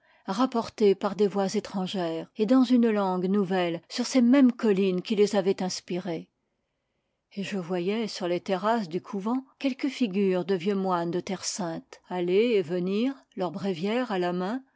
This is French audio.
rapportées par des voix étrangères et dans une langue nouvelle sur ces mêmes collines qui les avaient inspirés et je voyais sur les terrasses du couvent quelques figures de vieux moines de terre sainte aller et venir leur bréviaire à la main